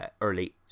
early